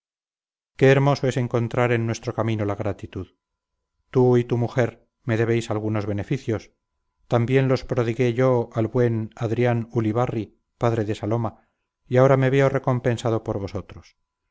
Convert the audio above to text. qué hermoso es encontrar en nuestro camino la gratitud tú y tu mujer me debéis algunos beneficios también los prodigué yo al buen adrián ulibarri padre de saloma y ahora me veo recompensado por vosotros